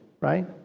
Right